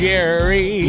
Gary